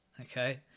okay